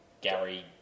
Gary